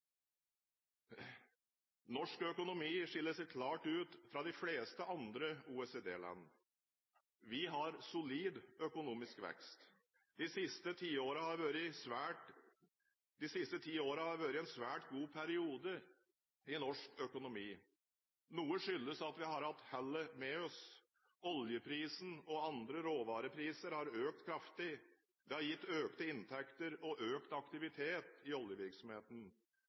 økonomi skiller seg klart ut fra de fleste andre OECD-land. Vi har solid økonomisk vekst. De siste ti årene har vært en svært god periode i norsk økonomi. Noe skyldes at vi har hatt hellet med oss. Oljeprisen og andre råvarepriser har økt kraftig. Det har gitt økte inntekter og økt aktivitet i oljevirksomheten.